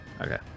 okay